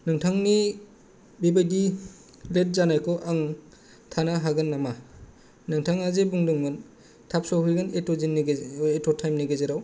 नोंथांनि बेबायदि लेट जानायखौ आं थानो हागोन नामा नोंथाङा जे बुंदोंमोन थाब सहैगोन एथ' टाइमनि गेजेराव